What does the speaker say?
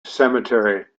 cemetery